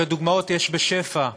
הרי דוגמאות יש בשפע.